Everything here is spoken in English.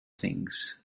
things